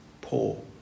poor